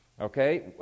Okay